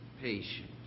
patience